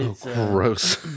gross